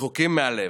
רחוקים מהלב.